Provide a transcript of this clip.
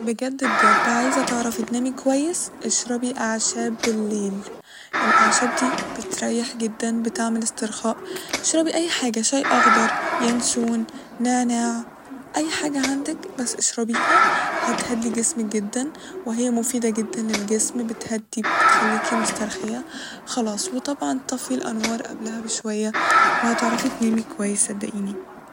بجد بجد عايزه تعرفي تنامي كويس اشربي أعشاب بالليل ، الأعشاب دي بتريح جدا بتعمل استرخاء اشربي أي حاجة ، شاي أخضر ينسون نعناع أي حاجة عندك بس اشربيها هتهدي جسمك جدا وهي مفيدة جدا للجسم بتهدي بتخليكي مسترخية خلاص ، وطبعا طفي الأنوار قبلها بشوية وهتعرفي تنامي كويس صدقيني